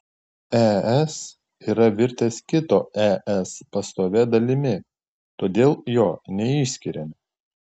es yra virtęs kito es pastovia dalimi todėl jo neišskiriame